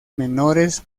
menores